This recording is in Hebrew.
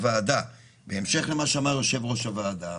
בהמשך למה שאמר יושב-ראש הוועדה,